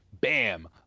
bam